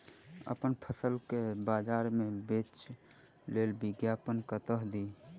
अप्पन फसल केँ बजार मे बेच लेल विज्ञापन कतह दी?